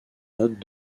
note